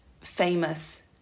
famous